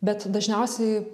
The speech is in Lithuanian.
bet dažniausiai